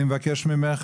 אני מבקש ממך,